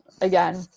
again